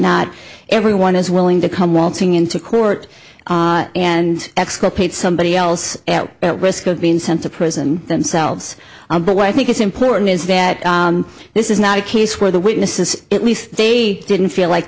not everyone is willing to come waltzing into court and exculpate somebody else at risk of being sent to prison themselves but what i think is important is that this is not a case where the witnesses at least they didn't feel like